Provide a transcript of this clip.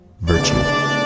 virtue